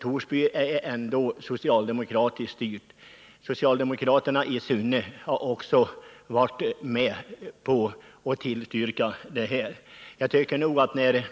Torsby kommun är socialdemokratiskt styrd, och socialdemokraterna i Sunne har också varit med om att tillstyrka utbyggnad.